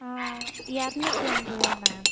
இரநூத்தி ஐம்பது ரூவா மேம்